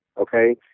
okay